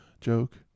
joke